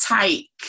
take